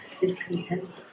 discontented